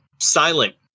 silent